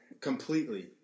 completely